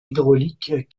hydrauliques